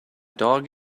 dog